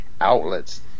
outlets